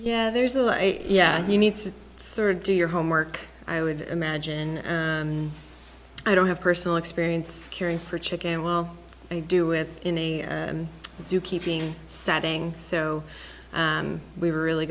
yeah there's a lot yeah you need to sort of do your homework i would imagine i don't have personal experience caring for chicken well i do as in a zoo keeping setting so we were really